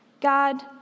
God